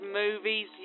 movies